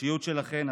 האישיות שלכן,